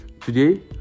today